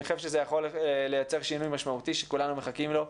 אני חושב שזה יכול לייצר שינוי משמעותי שכולנו מחכים לו.